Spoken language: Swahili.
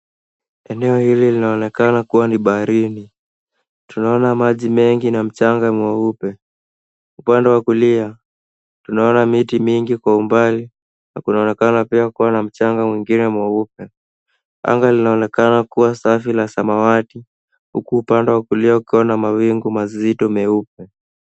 Eneo hili linaonekana kuwa ni baharini. Tunaona maji mengi na mchanga mweupe. Upande wa kulia tunaona miti mingi kwa umbali na kunaonekana pia kuwa na mchanga mwingine mweupe. Anga linaonekana kuwa safi la samawati huku upande wa kulia kukiwa na mawingu mazito meupe.